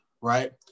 right